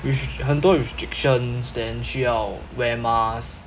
restr~ 很多 restrictions then 需要 wear masks